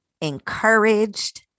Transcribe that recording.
encouraged